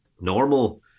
normal